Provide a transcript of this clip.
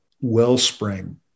wellspring